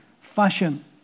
fashion